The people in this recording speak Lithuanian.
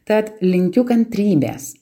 tad linkiu kantrybės